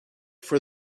for